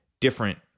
different